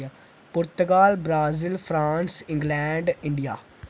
Portugal Brazil France England India